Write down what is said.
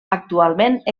actualment